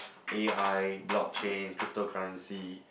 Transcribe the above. A_I blockchain cryptocurrency